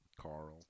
Carl